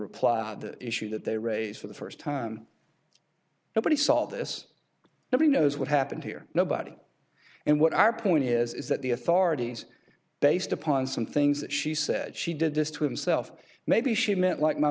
reply the issue that they raised for the first time nobody saw this nobody knows what happened here nobody and what our point is is that the authorities based upon some things that she said she did this to himself maybe she meant like my